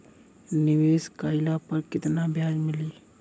निवेश काइला पर कितना ब्याज मिली?